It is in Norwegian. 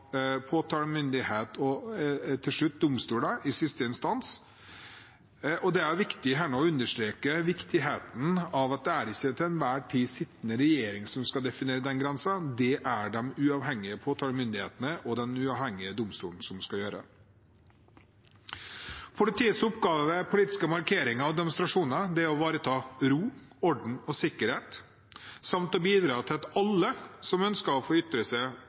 av påtalemyndighet og til slutt av domstoler, i siste instans. Og det er viktig å understreke at det ikke er den til enhver tid sittende regjering som skal definere den grensen; det er det den uavhengige påtalemyndigheten og den uavhengige domstolen som skal gjøre. Politiets oppgave ved politiske markeringer og demonstrasjoner er å ivareta ro, orden og sikkerhet samt å bidra til at alle som ønsker å få ytre seg,